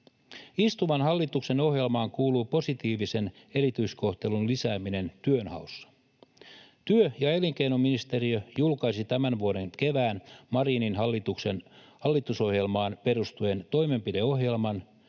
Istuvan hallituksen ohjelmaan kuuluu positiivisen erityiskohtelun lisääminen työnhaussa. Työ- ja elinkeinoministeriö julkaisi tämän vuoden keväällä Marinin hallituksen hallitusohjelmaan perustuen toimenpideohjelman,